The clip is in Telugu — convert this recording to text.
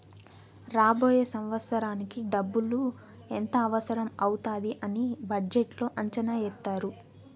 రాబోయే సంవత్సరానికి డబ్బులు ఎంత అవసరం అవుతాది అని బడ్జెట్లో అంచనా ఏత్తారు